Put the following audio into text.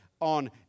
on